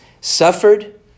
suffered